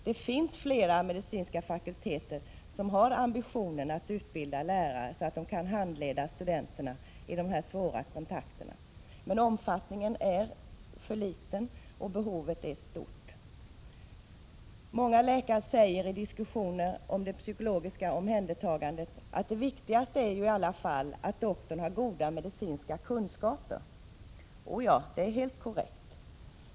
Det finns flera medicinska fakulteter som har ambitionen att utbilda lärare så att de kan handleda studenterna i de här svåra kontakterna. Men omfattningen är för liten, och behovet är stort. Många läkare säger i diskussioner om det psykologiska omhändertagandet att viktigast är ju i alla fall att doktorn har goda medicinska kunskaper. Ja, det är helt korrekt.